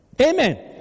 Amen